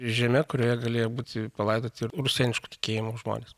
žeme kurioje galėjo būti palaidoti rusėniško tikėjimo žmonės